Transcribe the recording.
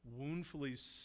woundfully